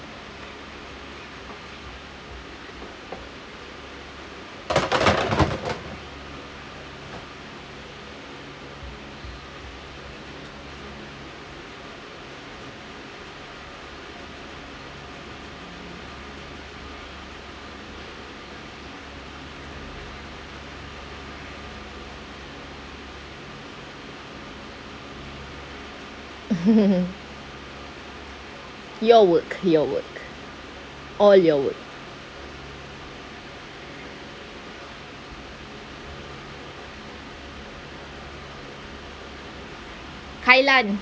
your work your work all your work kailan